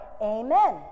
Amen